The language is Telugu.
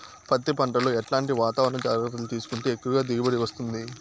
పత్తి పంట లో ఎట్లాంటి వాతావరణ జాగ్రత్తలు తీసుకుంటే ఎక్కువగా దిగుబడి వస్తుంది?